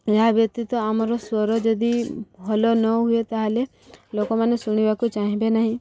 ଏହା ବ୍ୟତୀତ ଆମର ସ୍ୱର ଯଦି ଭଲ ନ ହୁଏ ତାହେଲେ ଲୋକମାନେ ଶୁଣିବାକୁ ଚାହିଁବେ ନାହିଁ